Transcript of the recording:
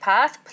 Path